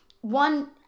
one